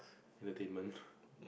entertainment